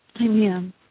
Amen